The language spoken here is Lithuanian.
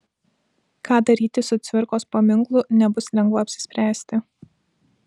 ką daryti su cvirkos paminklu nebus lengva apsispręsti